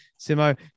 Simo